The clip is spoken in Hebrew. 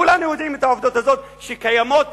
כולנו יודעים את העובדות האלה, שקיימות